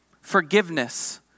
forgiveness